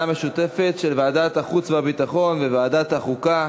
המשותפת של ועדת החוץ והביטחון וועדת החוקה,